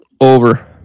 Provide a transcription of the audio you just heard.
Over